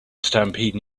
stampede